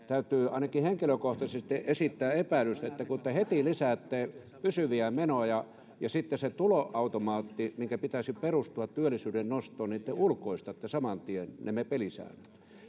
täytyy ainakin henkilökohtaisesti esittää epäilys kun te heti lisäätte pysyviä menoja ja sitten se tuloautomaatti minkä pitäisi perustua työllisyyden nostoon te ulkoistatte samantien nämä pelisäännöt